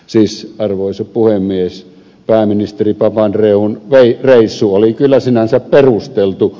siis arvoisa puhemies pääministeri papandreoun reissu oli kyllä sinänsä perusteltu